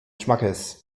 schmackes